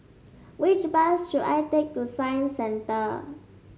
which bus should I take to Science Centre